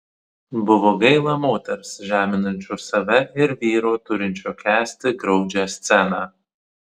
buvo gaila moters žeminančios save ir vyro turinčio kęsti graudžią sceną